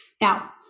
Now